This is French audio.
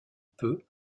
peut